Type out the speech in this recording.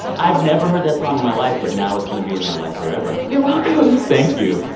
i've never heard that song in my life, but now it's going to be in my life forever you're welcome thank you